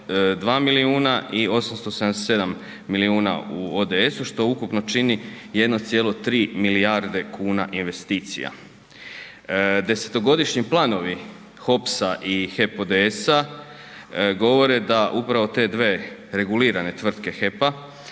422 milijuna i 877 milijuna u ODS-u, što ukupno čini 1,3 milijarde kuna investicija. Desetogodišnji planovi HOPS-a i HEP ODS-a govore da upravo te dve regulirane tvrtke HEP-a